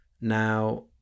now